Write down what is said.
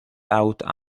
out